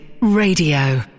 Radio